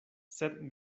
sed